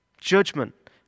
Judgment